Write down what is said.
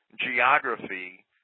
geography